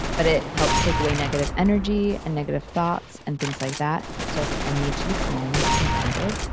but it helps take away negative energy, and negative thoughts, and things like that. so i was like, i need to be calm and grounded.